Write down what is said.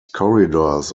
corridors